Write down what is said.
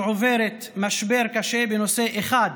שעוברת משבר קשה בנושא אחד